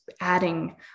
adding